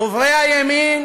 דוברי הימין